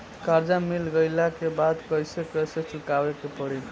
कर्जा मिल गईला के बाद कैसे कैसे चुकावे के पड़ी?